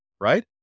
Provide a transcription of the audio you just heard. right